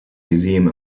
museum